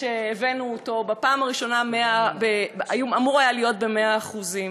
שהבאנו אותו ובפעם הראשונה אמור היה להיות במאה אחוזים.